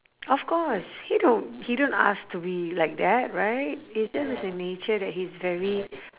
of course he don't he don't ask to be like that right it's just as a nature that he's very